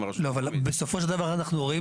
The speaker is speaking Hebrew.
לא, אבל בסופו של דבר אנחנו רואים